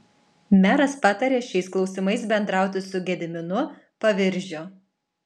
meras patarė šiais klausimais bendrauti su gediminu paviržiu